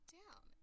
down